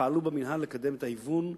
ופעלו במינהל לקדם את ההיוון.